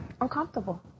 Uncomfortable